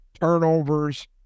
turnovers